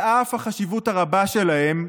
על אף החשיבות הרבה שלהם,